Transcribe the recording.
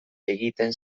egiten